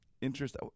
interest